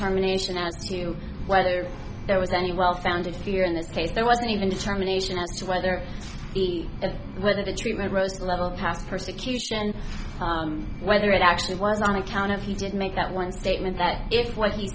determination as to whether there was any well founded fear in this case there wasn't even determination as to whether he and whether the treatment rose to the level past persecution whether it actually was on account of he did make that one statement that if what he